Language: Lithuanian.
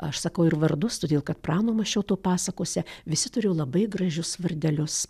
aš sakau ir vardus todėl kad prano mašioto pasakose visi turėjo labai gražius vardelius